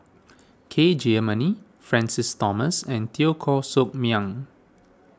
K Jayamani Francis Thomas and Teo Koh Sock Miang